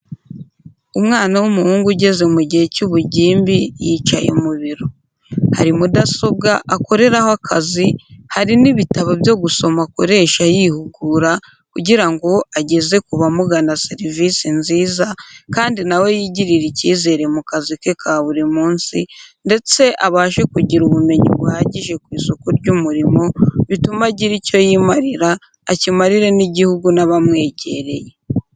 Umwana w'umuhungu ugeze mu gihe cy'ubugimbi y'icaye mu biro. Hari mudasobwa akoreraho akazi hari n'ibitabo byo gusoma akoresha yihugura kugira ngo ageze kubamugana serivizi nziza kdi na we yigirire icyizere mu kazi ke kaburi munsi, ndetse abashe kugira ubumenyi buhagije kw'isoko ry'umurimo bitume agira icyo yimarira, akimarire n'igihugu n'abamwegereye.